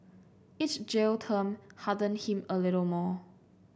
each jail term hardened him a little more